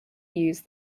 use